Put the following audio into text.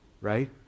right